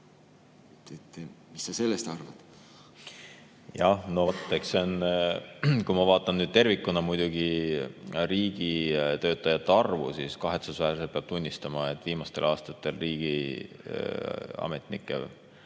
Mis sa sellest arvad? No vot, kui ma vaatan tervikuna riigitöötajate arvu, siis kahetsusväärselt peab tunnistama, et viimastel aastatel riigiametnike